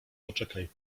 poczekaj